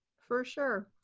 for sure.